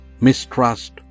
mistrust